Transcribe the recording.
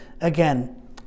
again